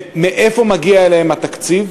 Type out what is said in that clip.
מאיפה מגיע אליהם התקציב?